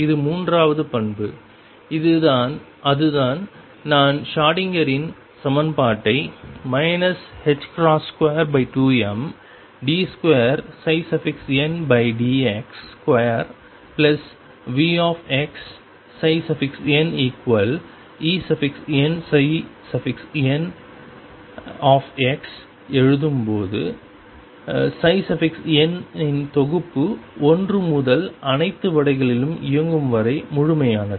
இது மூன்றாவது பண்பு அதுதான் நான் ஷ்ரோடிங்கரின் Schrödinger's சமன்பாட்டை 22md2ndx2VxnEnn எழுதும் போது n இன் தொகுப்பு 1 முதல் அனைத்து வழிகளிலும் இயங்கும் வரை முழுமையானது